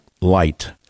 light